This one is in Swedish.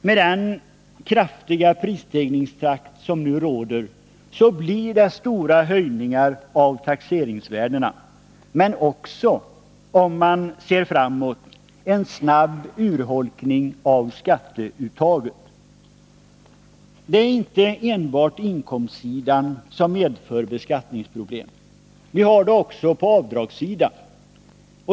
Med den kraftiga prisstegringstakt som nu råder blir det stora höjningar av taxeringsvärdena men också, om man ser framåt, en snabb urholkning av skatteuttaget. Det är inte enbart inkomstsidan som medför beskattningsproblem. Vi har sådana också på avdragssidan.